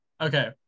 Okay